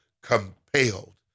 compelled